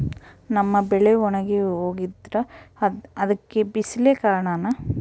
ನಮ್ಮ ಬೆಳೆ ಒಣಗಿ ಹೋಗ್ತಿದ್ರ ಅದ್ಕೆ ಬಿಸಿಲೆ ಕಾರಣನ?